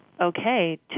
okay